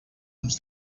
uns